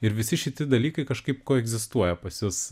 ir visi šitie dalykai kažkaip koegzistuoja pas jus